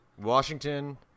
Washington